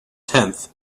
tenth